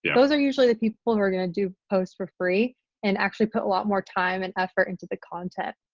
those are usually the people who are going to do posts for free and actually put a lot more time and effort into the content.